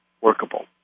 workable